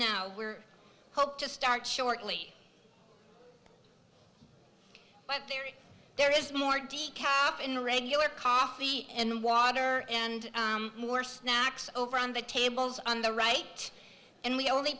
now we're hope to start shortly there there is more decaf in regular coffee and water and more snacks over on the tables on the right and we only